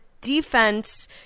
defense